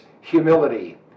humility